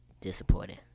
disappointing